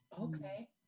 okay